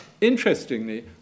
Interestingly